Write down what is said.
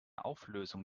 auflösung